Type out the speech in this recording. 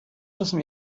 müssen